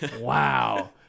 wow